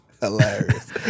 Hilarious